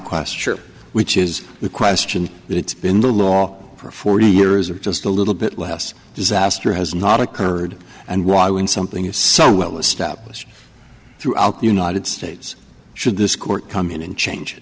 question which is the question that it's been the law for forty years or just a little bit less disaster has not occurred and why when something is so well established throughout the united states should this court come in and change